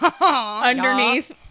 underneath